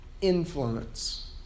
influence